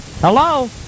Hello